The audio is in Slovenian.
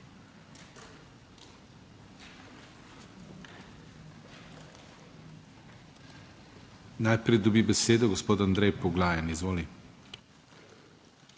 Najprej dobi besedo gospod Andrej Poglajen. Izvoli.